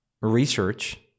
research